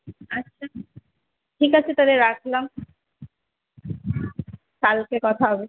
আচ্ছা ঠিক আছে তা হলে রাখলাম কালকে কথা হবে